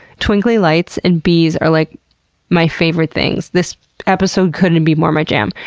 twinkly lights and bees are like my favorite things. this episode couldn't be more my jam.